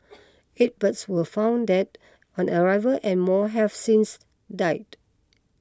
eight birds were found dead on arrival and more have since died